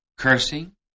Cursing